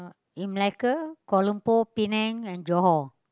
in Malacca Kuala-Lumpur Penang and Johor